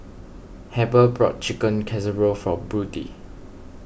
Heber brought Chicken Casserole from Brody